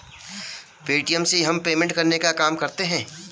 Paytm से हम payment करने का काम करते है